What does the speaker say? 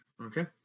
Okay